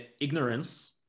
ignorance